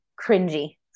cringy